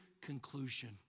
conclusion